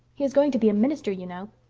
he is going to be a minister, you know.